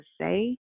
say